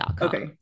Okay